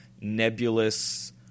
nebulous